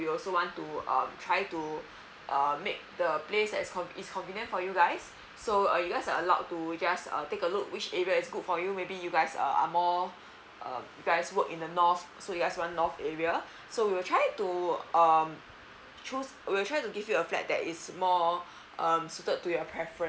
we also want to uh try to err make the place as convi~ is convenient for you guys so uh you guys are allowed to just uh take a look which area is good for you maybe you guys uh are more uh guys work in the north so you guys want north area so we tried to um choose we'll try to give you a flat that is more um suited to your preference